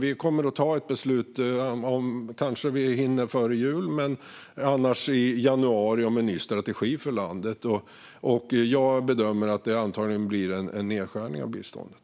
Vi ska fatta beslut - kanske hinner vi före jul men annars i januari - om en ny strategi för landet. Jag bedömer att det antagligen blir en nedskärning av biståndet.